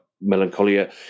melancholia